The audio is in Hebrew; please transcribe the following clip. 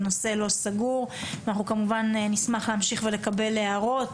הנושא לא סגור ואנחנו כמובן נשמח להמשיך ולקבל הערות